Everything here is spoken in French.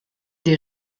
des